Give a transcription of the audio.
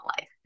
life